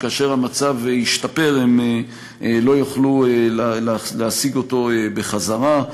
וכאשר המצב ישתפר הם לא יוכלו להשיג אותו בחזרה,